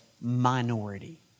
minority